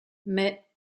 mais